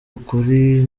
ukuri